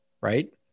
right